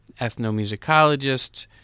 ethnomusicologist